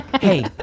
Hey